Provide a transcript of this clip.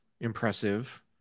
impressive